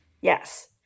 Yes